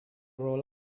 role